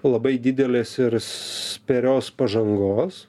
labai didelės ir spėrios pažangos